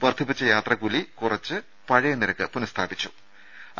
വർധിപ്പിച്ച യാത്രാക്കൂലി കുറച്ച് പഴയ നിരക്ക് പുനഃസ്ഥാപിച്ചിട്ടുണ്ട്